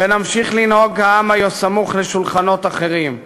ונמשיך לנהוג כעם הסמוך לשולחן אחרים.